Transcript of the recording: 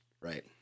right